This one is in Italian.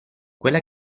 quella